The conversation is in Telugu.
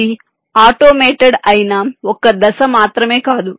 ఇది ఆటోమేటెడ్ అయిన ఒక్క దశ మాత్రమే కాదు